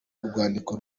urwandiko